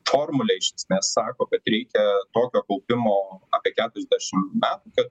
formulė iš esmės sako kad reikia tokio kaupimo apie keturiasdešimt metų kad